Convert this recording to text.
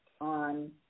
on